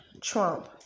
Trump